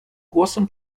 głosem